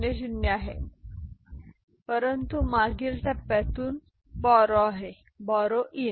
तर हे 0 0 आहे परंतु मागील टप्प्यातून बोरो आहे बोरो इन